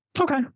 Okay